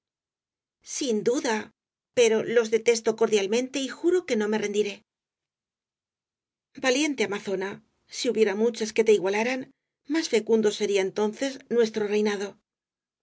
sin duda pero los detesto cordialmente y juro que no me rendiré valiente amazona si hubiera muchas que te igualaran más fecundo sería entonces nuestro reinado